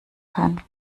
kann